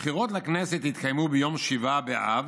הבחירות לכנסת התקיימו ביום שבעה באב.